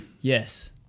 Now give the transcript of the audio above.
Yes